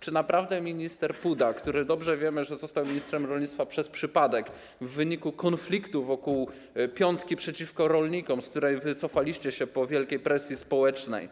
Czy naprawdę minister Puda, który jak dobrze wiemy, został ministrem rolnictwa przez przypadek w wyniku konfliktu wokół piątki przeciwko rolnikom, z której wycofaliście po wielkiej presji społecznej,